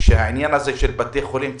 שהעניין הזה של בתי חולים ציבוריים,